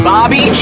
Bobby